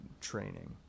training